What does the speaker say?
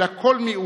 אלא כל מיעוט,